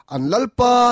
Anlalpa